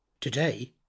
Today